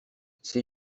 ses